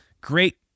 great